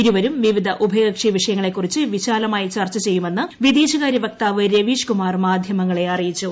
ഇരുവരുംവിവിധ ഉഭയകക്ഷി വിഷയങ്ങളെക്കുറിച്ച് വിശാലമായി ചർച്ച ചെയ്യുമെന്ന് വിദേശകാര്യവക്താവ് രവീഷ്കുമാർ മാധ്യമങ്ങളെ അറിയിച്ചു